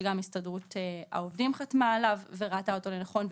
שגם הסתדרות העובדים חתמה עליו וראתה אותו כנכון,